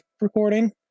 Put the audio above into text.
recording